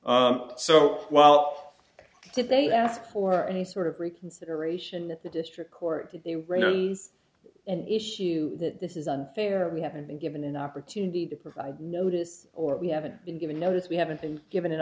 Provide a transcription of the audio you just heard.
so well did they ask for any sort of reconsideration that the district court to be runs an issue that this is unfair we haven't been given an opportunity to provide notice or we haven't been given notice we haven't been given an